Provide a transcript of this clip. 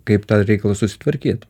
kaip tą reikalą susitvarkyt